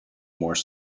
more